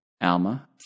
Alma